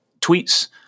tweets